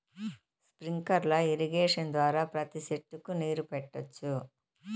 sprinkler irrigation ద్వారా ప్రతి సెట్టుకు నీరు పెట్టొచ్చు